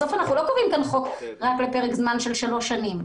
בסוף אנחנו לא קובעים כאן חוק רק לפרק זמן של שלוש שנים.